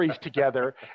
together